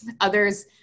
Others